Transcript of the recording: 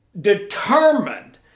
determined